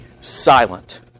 silent